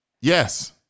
Yes